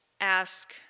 Ask